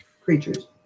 creatures